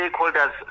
stakeholders